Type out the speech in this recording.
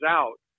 out